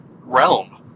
realm